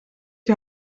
die